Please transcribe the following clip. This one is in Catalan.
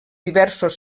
diversos